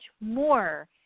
more